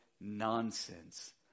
nonsense